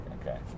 okay